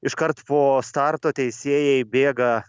iškart po starto teisėjai bėga